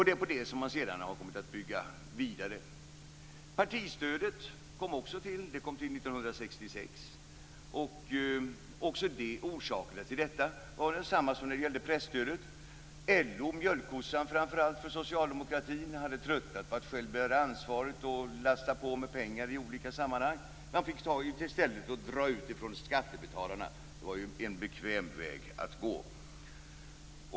På detta har man sedan byggt vidare. Partistödet kom till 1966, och orsaken till det var densamma som när det gällde presstödet. LO, socialdemokraternas mjölkkossa framför andra, hade tröttnat på att själv bära ansvaret och ge ut pengar i olika sammanhang. Man fick i stället dra pengar från skattebetalarna, vilket var en bekväm väg att gå.